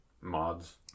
Mods